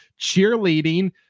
cheerleading